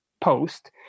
post